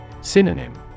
Synonym